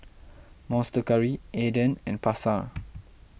Monster Curry Aden and Pasar